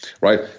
right